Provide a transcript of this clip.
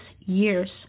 years